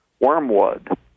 wormwood